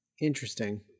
interesting